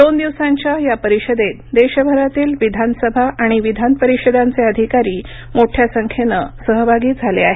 दोन दिवसांच्या या परिषदेत देशभरातील विधानसभा आणि विधान परिषदांचे अधिकारी मोठ्या संख्येनं सहभागी झाले आहेत